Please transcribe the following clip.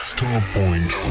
Starpoint